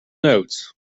notes